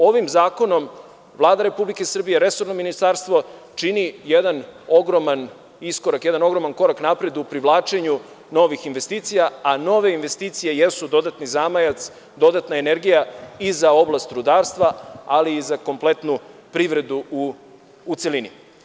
Ovim zakonom Vlada Republike Srbije, resorno ministarstvo čini jedan ogroman iskorak, jedan ogroman korak napred u privlačenju novih investicija, a nove investicije jesu dodatni zamajac, dodatna energija i za oblast rudarstva, ali i za kompletnu privredu u celini.